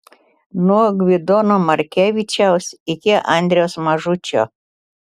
nuo gvidono markevičiaus iki andriaus mažučio